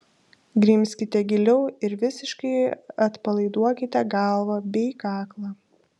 grimzkite giliau ir visiškai atpalaiduokite galvą bei kaklą